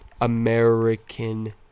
American